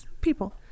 people